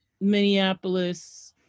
minneapolis